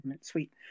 sweet